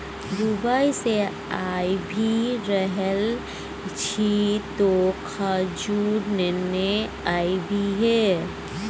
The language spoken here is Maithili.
दुबई सँ आबि रहल छी तँ खजूर नेने आबिहे